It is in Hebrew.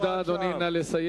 נא לסיים.